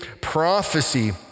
prophecy